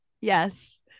Yes